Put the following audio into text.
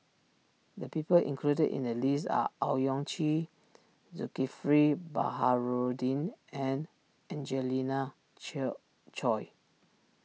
the people included in the list are Owyang Chi Zulkifli Baharudin and Angelina Choy